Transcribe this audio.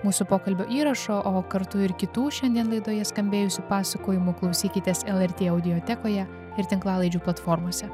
mūsų pokalbio įrašo o kartu ir kitų šiandien laidoje skambėjusių pasakojimų klausykitės lrt audiotekoje ir tinklalaidžių platformose